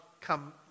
come